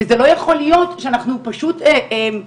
וזה לא יכול להיות שאנחנו פשוט מערימים